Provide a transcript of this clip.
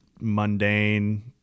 mundane